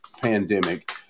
pandemic